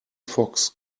fox